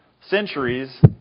centuries